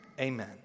Amen